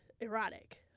erotic